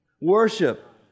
worship